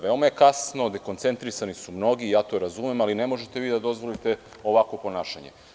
Veoma je kasno, dekoncentrisani su mnogi, ja to razumem, ali ne možete da dozvolite ovakvo ponašanje.